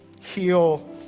heal